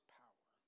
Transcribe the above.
power